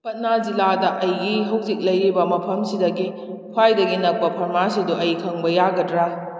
ꯄꯠꯅꯥ ꯖꯤꯂꯥꯗ ꯑꯩꯒꯤ ꯍꯧꯖꯤꯛ ꯂꯩꯔꯤꯕ ꯃꯐꯝꯁꯤꯗꯒꯤ ꯈ꯭ꯋꯥꯏꯗꯒꯤ ꯅꯛꯄ ꯐꯔꯃꯥꯁꯤꯗꯨ ꯑꯩ ꯈꯪꯕ ꯌꯥꯒꯗ꯭ꯔꯥ